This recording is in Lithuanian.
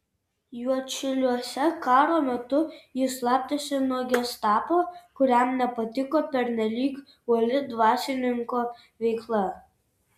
juodšiliuose karo metu jis slapstėsi nuo gestapo kuriam nepatiko pernelyg uoli dvasininko veikla